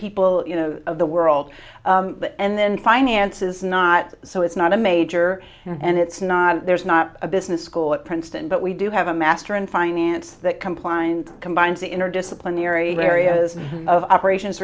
people of the world and then finance is not so it's not a major and it's not there's not a business school at princeton but we do have a master in finance that compline combines the interdisciplinary areas of operations